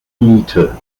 miete